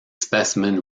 specimen